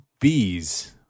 bees